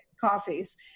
coffees